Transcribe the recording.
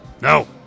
No